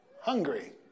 hungry